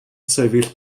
sefyll